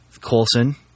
Colson